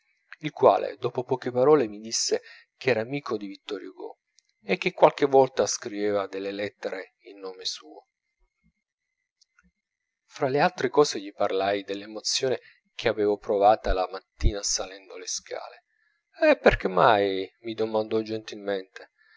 il quale dopo poche parole mi disse ch'era amico di vittor hugo e che qualche volta scriveva delle lettere in nome suo fra le altre cose gli parlai dell'emozione che avevo provata la mattina salendo le scale perchè mai mi domandò gentilmente